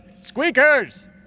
Squeakers